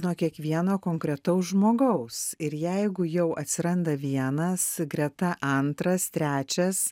nuo kiekvieno konkretaus žmogaus ir jeigu jau atsiranda vienas greta antras trečias